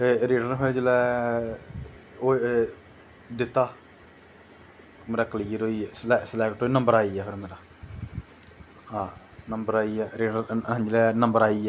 फिर रिटन जिसलै दित्ता मेरा क्लियर होईया मेरा नंबर आइया हां जिसलै नंबर आईया